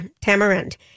tamarind